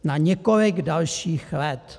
Na několik dalších let!